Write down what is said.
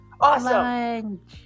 Awesome